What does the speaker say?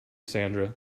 sandra